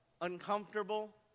uncomfortable